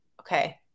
okay